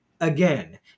again